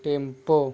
tempo